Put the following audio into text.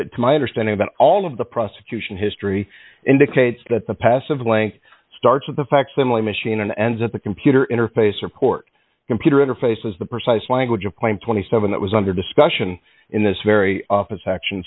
to my understanding about all of the prosecution history indicates that the passive blank starts with a facsimile machine and ends at the computer interface report computer interfaces the precise language of point twenty seven that was under discussion in this very office section